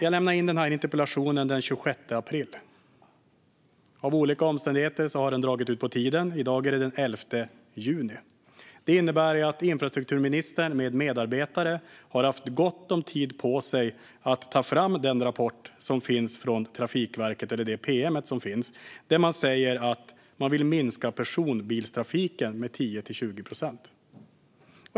Jag lämnade in den här interpellationen den 26 april. På grund av olika omständigheter har det dragit ut på tiden, och i dag är det den 11 juni. Det innebär att infrastrukturministern med medarbetare har haft gott om tid på sig att ta fram Trafikverkets pm, där man säger att man vill minska personbilstrafiken med 10-20 procent.